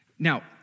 Now